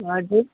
हजुर